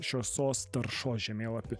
šviesos taršos žemėlapį